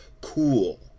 cool